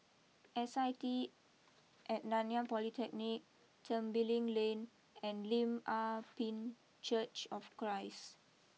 S I T at Nanyang Polytechnic Tembeling Lane and Lim Ah Pin Church of Christ